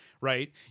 right